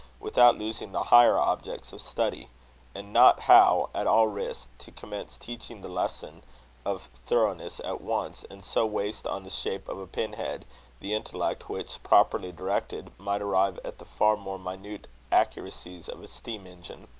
without losing the higher objects of study and not how, at all risks, to commence teaching the lesson of thoroughness at once, and so waste on the shape of a pin-head the intellect which, properly directed, might arrive at the far more minute accuracies of a steam-engine.